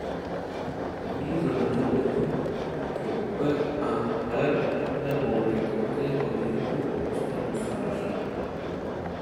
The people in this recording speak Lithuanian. grįžome tuo laiku kai par nebuvo įtraukta į pavojingų valstybių sąrašą